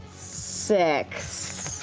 six.